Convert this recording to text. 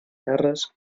terres